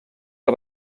que